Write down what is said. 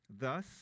Thus